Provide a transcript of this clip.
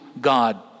God